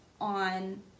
on